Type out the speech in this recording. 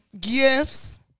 Gifts